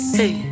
hey